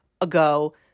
ago